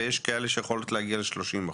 ויש כאלו שיכולות להגיע ל-30%.